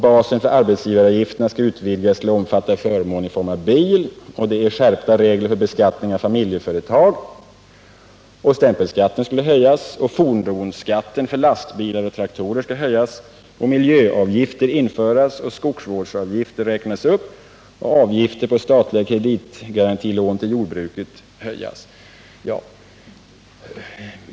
Basen för arbetsgivaravgifterna skall utvidgas för att omfatta förmån i form av bil, det är skärpta regler för beskattning av familjeföretag. Stämpelskatten skall höjas. Fordonsskatten för lastbilar och traktorer skall också höjas, och miljöavgifter införas, och skogsvårdsavgifter räknas upp. Avgifterna på statliga kreditgarantilån för jordbruket skall höjas.